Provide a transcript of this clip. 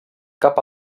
cap